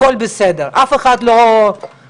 הכל בסדר ואף אחד לא בודק